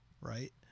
right